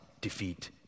defeat